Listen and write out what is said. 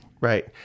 Right